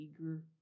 eager